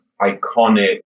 iconic